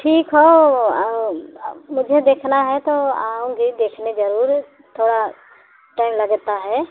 ठीक हौ मुझे देखना है तो आउँगी देखने ज़रूर थोड़ा टाइम लगता है